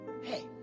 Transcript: hey